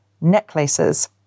necklaces